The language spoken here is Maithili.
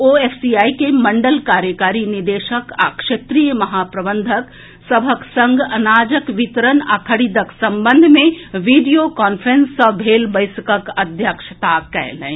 ओ एफसीआई के मंडल कार्यकारी निदेशक आ क्षेत्रीय महाप्रबंधक सभक संग अनाजक वितरण आ खरीदक संबंध मे वीडियो कांफ्रेंस सॅ भेल बैसकक अध्यक्षता कयलनि